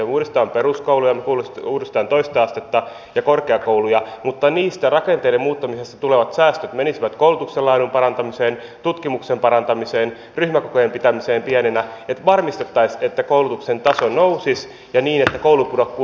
me uudistamme peruskouluja me uudistamme toista astetta ja korkeakouluja mutta ne rakenteiden muuttamisesta tulevat säästöt menisivät koulutuksen laadun parantamiseen tutkimuksen parantamiseen ryhmäkokojen pitämiseen pieninä että varmistettaisiin että koulutuksen taso nousisi ja että koulupudokkuus vähenisi